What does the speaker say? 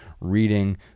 reading